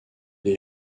est